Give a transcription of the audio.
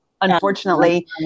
Unfortunately